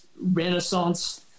renaissance